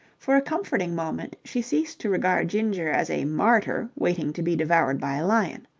for a comforting moment she ceased to regard ginger as a martyr waiting to be devoured by a lion.